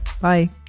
bye